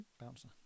Bouncer